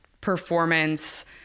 performance